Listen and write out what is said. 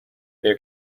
their